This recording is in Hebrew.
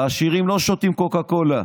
העשירים לא שותים קוקה קולה,